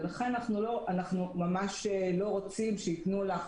לכן אנחנו ממש לא רוצים שיתנו לך,